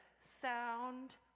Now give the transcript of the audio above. sound